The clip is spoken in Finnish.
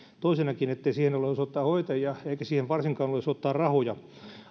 toiseksi se ettei siihen ole osoittaa hoitajia eikä siihen varsinkaan ole osoittaa rahoja oikeastaan